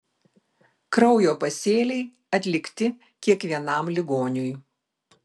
kraujo pasėliai atlikti kiekvienam ligoniui